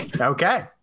Okay